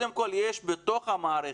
יש אנשים בתוך המערכת,